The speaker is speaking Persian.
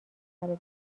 اخر